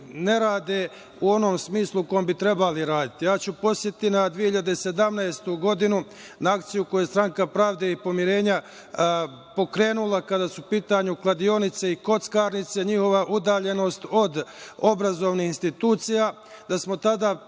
ne rade u onom smislu u kom bi trebali raditi. Ja ću podsetiti na 2017. godinu, na akciju koju je stranka „Pravde i pomirenja“ pokrenula kada su u pitanju kladionice i kockarnice, njihova udaljenost od obrazovnih institucija, da smo tada